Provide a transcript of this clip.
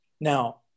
Now